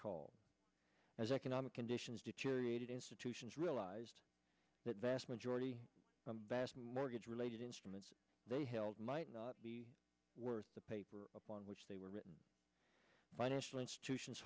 call as economic conditions deteriorated institutions realized a vast majority of best mortgage related instruments they held might not be worth the paper upon which they were written financial institutions